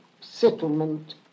settlement